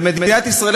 ומדינת ישראל,